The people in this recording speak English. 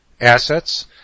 assets